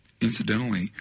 incidentally